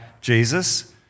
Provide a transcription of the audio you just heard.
Jesus